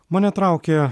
mane traukė